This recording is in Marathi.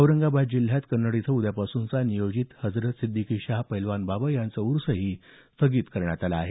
औरंगाबाद जिल्ह्यात कन्नड इथं उद्यापासूनचा नियोजित हजरत सिद्धीकीशाह पहेलवान बाबा यांचा ऊर्सही स्थगित करण्यात आला आहे